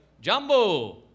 Jumbo